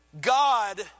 God